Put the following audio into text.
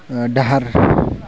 दाहार